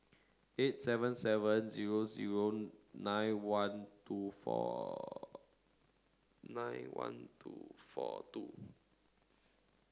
eight seven seven zero zero nine one two four nine one two four two